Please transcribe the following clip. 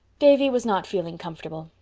davy was not feeling comfortable,